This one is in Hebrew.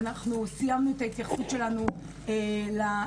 אנחנו סיימנו את ההתייחסות שלנו לתעש.